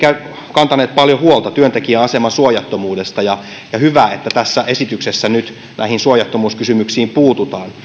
kantaneet paljon huolta työntekijän aseman suojattomuudesta ja hyvä että tässä esityksessä nyt näihin suojattomuuskysymyksiin puututaan